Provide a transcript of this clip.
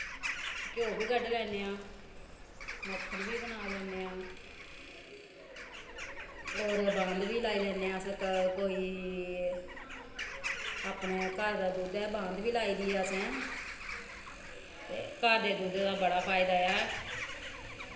घ्योऽ बी कड्ढी लैने आं मक्खन बी बना लैन्ने आं होर बांद बी लाई लैन्ने आं अस कोई अपने घर दा दुद्ध दी बांद बी लाई दी ऐ असें ते घर दे दुद्ध दा बड़ा फायदा ऐ